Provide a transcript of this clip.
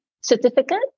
certificate